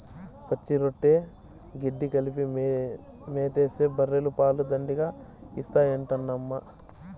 పచ్చిరొట్ట గెడ్డి కలిపి మేతేస్తే బర్రెలు పాలు దండిగా ఇత్తాయంటమ్మా